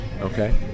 Okay